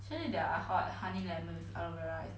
suddenly there are hot honey lemon